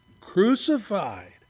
crucified